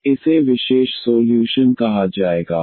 तो इसे विशेष सोल्यूशन कहा जाएगा